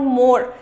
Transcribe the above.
more